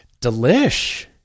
Delish